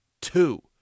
two